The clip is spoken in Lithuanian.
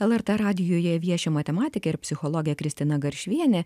lrt radijuje vieši matematikė ir psichologė kristina garšvienė